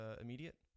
immediate